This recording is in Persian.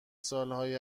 سالهای